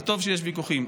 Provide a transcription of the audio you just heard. וטוב שיש ויכוחים,